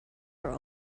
are